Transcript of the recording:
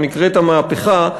שנקראת המהפכה,